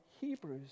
Hebrews